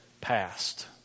past